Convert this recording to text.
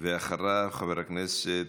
אחריו, חבר הכנסת